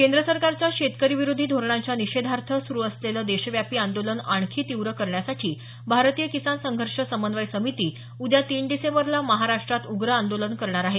केंद्र सरकारच्या शेतकरी विरोधी धोरणांच्या निषेधार्थ सुरू असलेले देशव्यापी आंदोलन आणखी तीव्र करण्यासाठी भारतीय किसान संघर्ष समन्वय समिती उद्या तीन डिसेंबरला महाराष्ट्रात उग्र आंदोलन करणार आहे